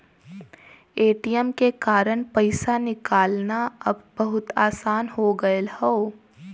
ATM के कारन पइसा निकालना अब बहुत आसान हो गयल हौ